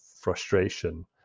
frustration